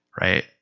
right